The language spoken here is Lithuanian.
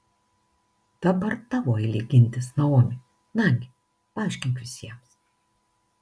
dabar tavo eilė gintis naomi nagi paaiškink visiems